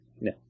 no